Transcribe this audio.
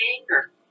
anger